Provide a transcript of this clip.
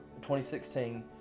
2016